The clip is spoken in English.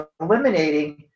eliminating